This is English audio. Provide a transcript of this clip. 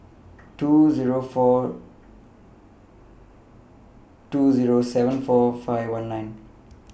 two four two seven four five one nine